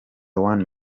one